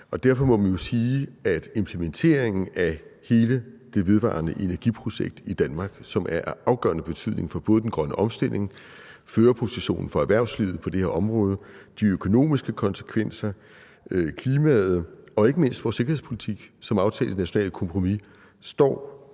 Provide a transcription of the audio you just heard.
Derfor må man jo sige, at implementeringen af hele det vedvarende energi-projekt i Danmark, som er af afgørende betydning for både den grønne omstilling, erhvervslivets førerposition på det her område, de økonomiske konsekvenser, klimaet og ikke mindst vores sikkerhedspolitik som aftalt i det nationale kompromis, står